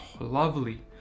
lovely